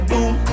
Boom